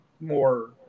more